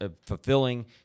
fulfilling